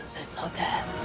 this hotel?